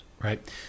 right